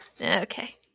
Okay